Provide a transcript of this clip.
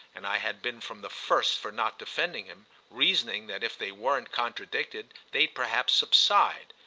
and i had been from the first for not defending him reasoning that if they weren't contradicted they'd perhaps subside.